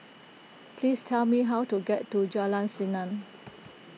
please tell me how to get to Jalan Senang